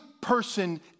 person